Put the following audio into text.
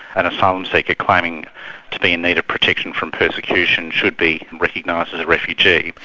an asylum seeker claiming to be in need of protection from persecution, should be recognised as a refugee.